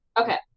Okay